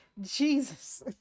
Jesus